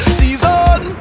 season